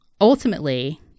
ultimately